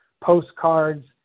postcards